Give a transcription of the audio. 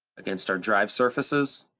against our drive surfaces.